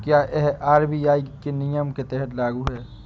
क्या यह आर.बी.आई के नियम के तहत लागू है?